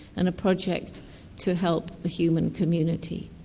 and a project to help the human community.